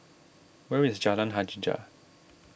where is Jalan Hajijah